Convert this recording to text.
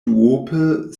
duope